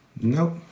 Nope